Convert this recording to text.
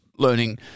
learning